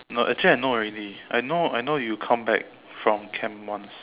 no actually I know already I know I know you come back from camp once